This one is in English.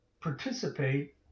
participate